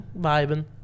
vibing